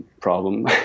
problem